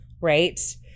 right